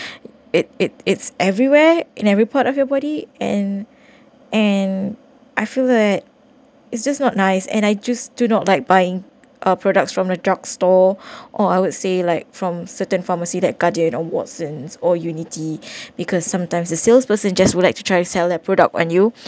it it it's everywhere in every part of your body and and I feel that it's just not nice and I just do not like buying a products from the drugstore or I would say like from certain pharmacy that guardian or watsons or unity because sometimes the salesperson just would like to try to sell their product on you